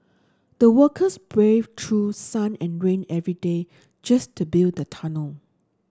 the workers braved through sun and rain every day just to build the tunnel